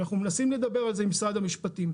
אנחנו מנסים לדבר על זה עם משרד המשפטים.